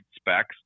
specs